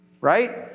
right